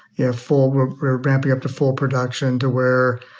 you know, full we're ramping up to full production to where,